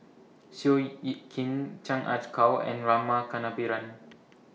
Seow Yit Kin Chan Ah Kow and Rama Kannabiran